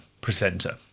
presenter